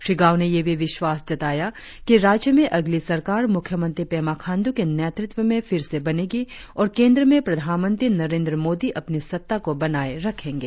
श्री गाव ने यह भी विश्वास जताया कि राज्य में अगली सरकार मुख्यमंत्री पेमा खांड्र के नेतृत्व में फिर से बनेगी और केंद्र में प्रधानमंत्री नरेंद्र मोदी अपनी सत्ता को बनाए रखेंगे